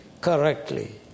correctly